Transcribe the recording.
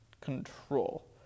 control